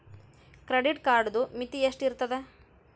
Credit ಕಾರ್ಡದು ಮಿತಿ ಎಷ್ಟ ಇರ್ತದ?